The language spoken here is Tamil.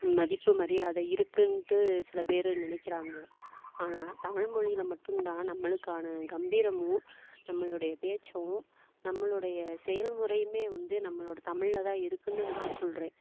மதிப்பு மரியாதை இருக்குதுன்ட்டு சில பேர் நினைக்கிறாங்க ஆனால் தமிழ் மொழியில் மட்டும் தான் நம்மளுக்கான கம்பீரமும் நம்மளுடைய பேச்சும் நம்மளுடைய செயல்முறையுமே வந்து நம்மளோட தமிழில் தான் இருக்குதுனு நான் சொல்கிறேன்